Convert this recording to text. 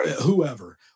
whoever